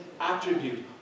attribute